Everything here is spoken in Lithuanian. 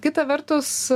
kita vertus